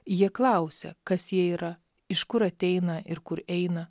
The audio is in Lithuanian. jie klausia kas jie yra iš kur ateina ir kur eina